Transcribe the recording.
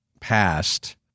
past